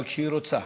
אבל כשהיא רוצה